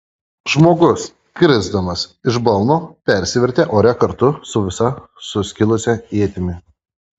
žmogus krisdamas iš balno persivertė ore kartu su visa suskilusia ietimi